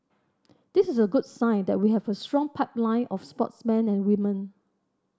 this is a good sign that we have a strong pipeline of sportsmen and women